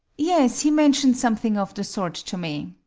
yes, he mentioned something of the sort to me.